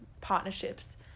partnerships